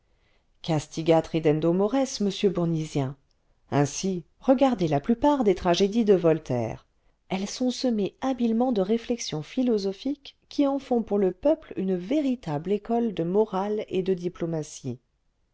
castigat ridendo mores monsieur bournisien ainsi regardez la plupart des tragédies de voltaire elles sont semées habilement de réflexions philosophiques qui en font pour le peuple une véritable école de morale et de diplomatie